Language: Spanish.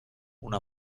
una